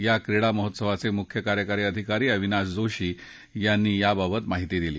या क्रीडा महोत्सवाचे मुख्य कार्यकारी अधिकारी अविनाश जोशी यांनी याबाबत माहिती दिली